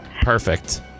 Perfect